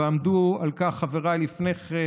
ועמדו על כך חבריי לפני כן,